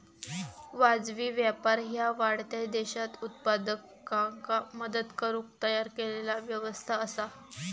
वाजवी व्यापार ह्या वाढत्या देशांत उत्पादकांका मदत करुक तयार केलेला व्यवस्था असा